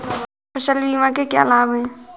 फसल बीमा के क्या लाभ हैं?